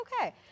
okay